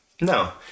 No